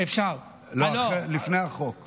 לפני החוק.